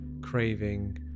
craving